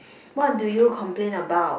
what do you complain about